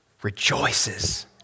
rejoices